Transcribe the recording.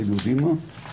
אתם יודעים מה,